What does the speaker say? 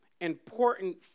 important